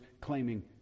claiming